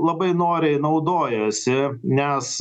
labai noriai naudojosi nes